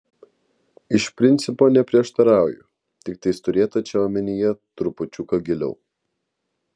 iš principo neprieštarauju tiktai turėta čia omenyje trupučiuką giliau